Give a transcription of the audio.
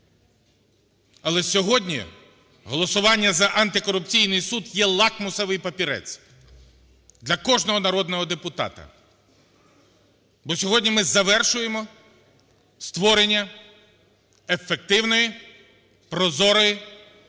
Але сьогодні голосування за антикорупційний суд – є лакмусовий папірець для кожного народного депутата, бо сьогодні ми завершуємо створення ефективної, прозорої,